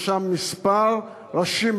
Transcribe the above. יש שם כמה ראשים,